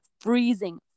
freezing